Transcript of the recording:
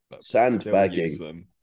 sandbagging